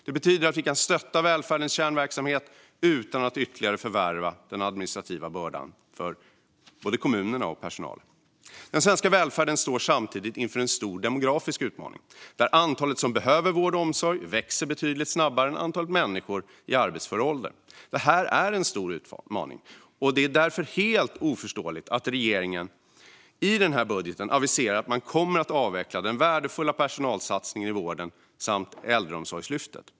Det betyder att vi kan stötta välfärdens kärnverksamhet utan att ytterligare förvärra den administrativa bördan för kommunerna och personalen. Den svenska välfärden står samtidigt inför en stor demografisk utmaning. Antalet som behöver vård och omsorg växer betydligt snabbare än antalet människor i arbetsför ålder. Detta är en stor utmaning, och det är därför helt oförståeligt att regeringen i denna budget aviserar att man kommer att avveckla den värdefulla personalsatsningen i vården samt Äldreomsorgslyftet.